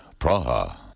Praha